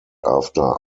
after